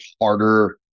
harder